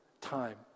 time